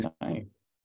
Nice